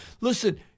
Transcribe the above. listen